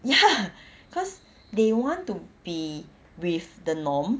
ya cause they want to be with the norm